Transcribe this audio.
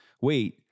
Wait